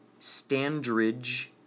Standridge